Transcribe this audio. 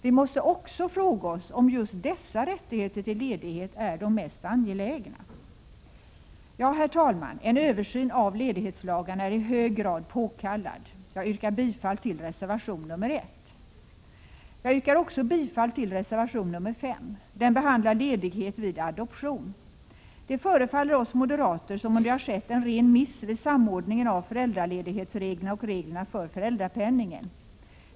Vi måste också fråga oss om just dessa rättigheter till ledighet är de mest angelägna. Ja, herr talman, en översyn av ledighetslagarna är i hög grad påkallad. Jag yrkar bifall till reservation nr 1. Jag yrkar också bifall till reservation nr 5. Den behandlar ledighet vid adoption. Det förefaller oss moderater som om det har skett en ren miss vid samordningen av föräldraledighetsreglerna och reglerna för föräldrapenningen.